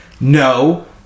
no